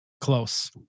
Close